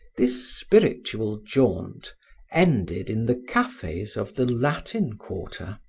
this spiritual jaunt ended in the cafes of the latin quarter.